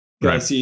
Right